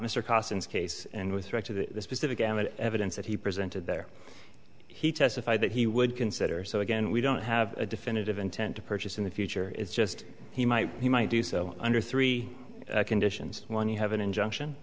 mr costin's case and with threats of the specific gamut evidence that he presented there he testified that he would consider so again we don't have a definitive intent to purchase in the future it's just he might he might do so under three conditions when you have an injunction